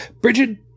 bridget